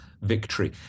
victory